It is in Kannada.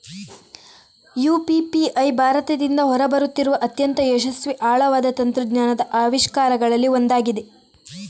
ಯು.ಪಿ.ಪಿ.ಐ ಭಾರತದಿಂದ ಹೊರ ಬರುತ್ತಿರುವ ಅತ್ಯಂತ ಯಶಸ್ವಿ ಆಳವಾದ ತಂತ್ರಜ್ಞಾನದ ಆವಿಷ್ಕಾರಗಳಲ್ಲಿ ಒಂದಾಗಿದೆ